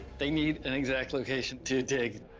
they need an exact location to dig.